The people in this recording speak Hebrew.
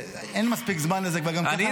אין מספיק זמן לזה, וגם ככה נגמר לי הזמן.